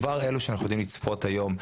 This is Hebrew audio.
כבר אלו שאנחנו עדים לצפות היום,